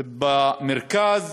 זה במרכז,